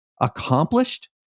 accomplished